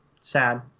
Sad